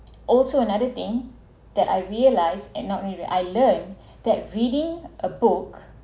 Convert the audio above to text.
also another thing that I realized and not really where I learn that reading a book